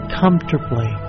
comfortably